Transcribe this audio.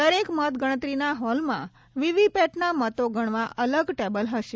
દરેક મતગણતરીના હોલમાં વીવીપેટના મતો ગણવા અલગ ટેબલ હશે